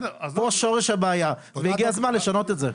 פה שורש הבעיה והגיע הזמן לשנות את זה.